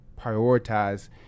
prioritize